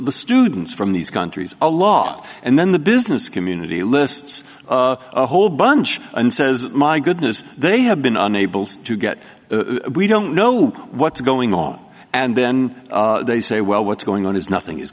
the students from these countries a lot and then the business community lists a whole bunch and says my goodness they have been unable to get we don't know what's going on and then they say well what's going on is nothing is